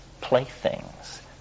playthings